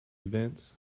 events